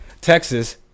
Texas